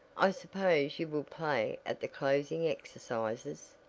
i suppose you will play at the closing exercises?